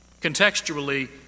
Contextually